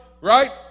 right